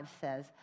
says